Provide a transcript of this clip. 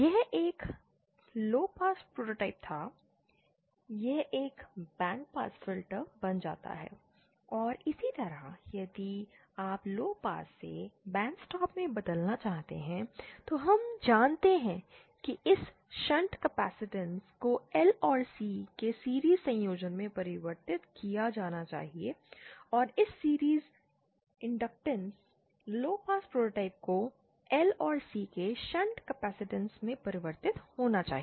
यह एक low pass prototype था यह एक बैंडपास फ़िल्टर बन जाता है और इसी तरह यदि आप लोपास से बैंडस्टॉप में बदलना चाहते हैं तो हम जानते हैं कि इस शंट कैपेसिटेंस को Lऔर C के सीरिज़ संयोजन में परिवर्तित किया जाना चाहिए और इस सीरिज़ इंडक्टर्नस लोपास प्रोटोटाइप को L और C के शंट कैपेसिटेंस में परिवर्तित होना चाहिए